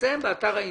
לפרסם באתר האינטרנט.